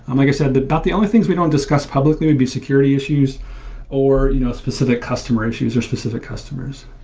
um i guess the but the only things we don't discuss publicly would be security issues or specific customer issues or specific customers.